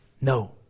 No